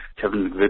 Kevin